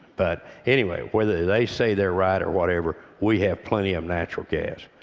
but anyway, whether they say they're right or whatever, we have plenty of natural gas.